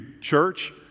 church